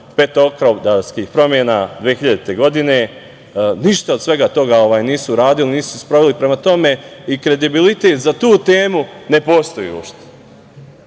petooktobarskih promena 2000. godine, ništa od svega toga nisu uradili, nisu sproveli. Prema tome, kredibilitet za tu temu ne postoji